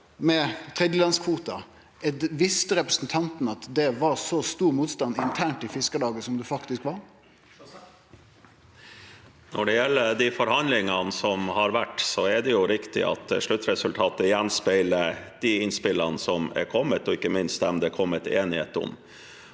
gjeld tredjelandskvotar, visste representanten at det var så stor motstand internt i Fiskarlaget som det faktisk var? Runar Sjåstad (A) Når det gjelder de for- handlingene som har vært, er det riktig at sluttresultatet gjenspeiler de innspillene som er kommet, og ikke minst dem man har kommet til enighet om.